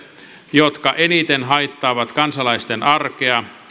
jotka eniten haittaavat kansalaisten arkea